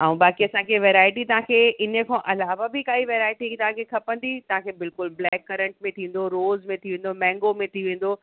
ऐं बाक़ी असांखे वैरायटी तव्हांखे हिन खां अलावा बि काई वैरायटी तव्हांखे खपंदी तव्हांखे बिल्कुलु ब्लैक करंट में थींदो रोज में थी वेंदो मैंगो में थी वेंदो